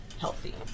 healthy